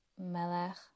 Melech